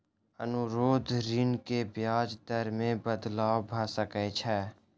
अनुरोध ऋण के ब्याज दर मे बदलाव भ सकै छै